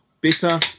bitter